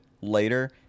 later